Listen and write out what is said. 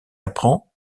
apprend